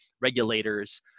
regulators